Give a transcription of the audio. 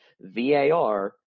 VAR